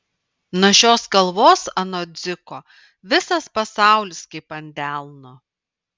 nuo šios kalvos anot dziko visas pasaulis kaip ant delno